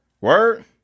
Word